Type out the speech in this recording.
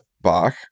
Bach